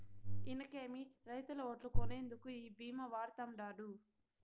ఇనకేమి, రైతుల ఓట్లు కొనేందుకు ఈ భీమా వాడతండాడు